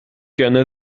كان